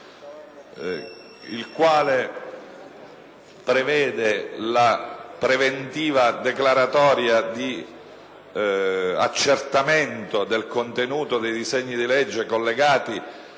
il quale prevede la preventiva declaratoria di accertamento del contenuto dei disegni di legge collegati